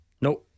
No